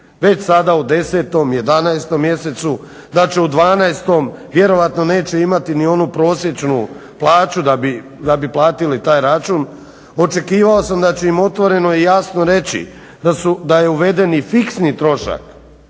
već sada u 10., 11.mjesecu, da u 12.vjerojatno neće imati ni onu prosječnu plaću da bi platili taj račun. Očekivao sam im da će otvoreno i jasno reći da je uveden i fiksni trošak